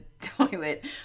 toilet